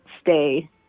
stay